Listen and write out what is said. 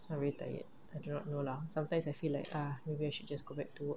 sorry tired I do not know lah sometimes I feel like ah maybe I should have just go back to work